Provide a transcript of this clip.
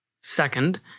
Second